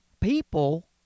people